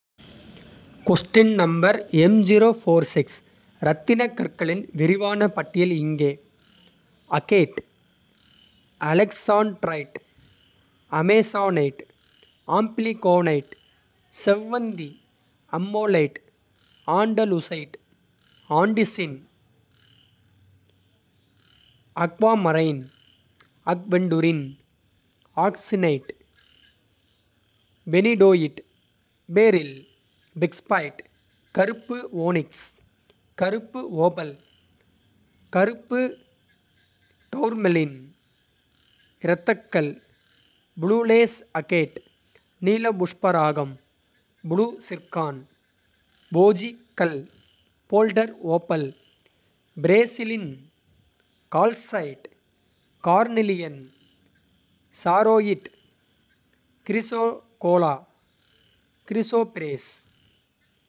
ரத்தினக் கற்களின் விரிவான பட்டியல் இங்கே. Agate alexandrite amazonite. ஆம்பிலிகோனைட் செவ்வந்தி ammolite. Andalusite andesine aquamarine. Aventurine axinite benitoite beryl. Bixbite கருப்பு ஓனிக்ஸ் கருப்பு ஓபல். கருப்பு இரத்தக்கல் ப்ளூ லேஸ் அகேட். நீல புஷ்பராகம் ப்ளூ சிர்கான் போஜி கல். Boulder opal Brazilian calcite. Carnelian charoite chrysocolla chrysoprase.